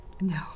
No